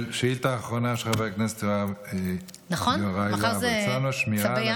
שאילתה אחרונה של חבר הכנסת יוראי להב הרצנו: שמירה